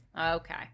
Okay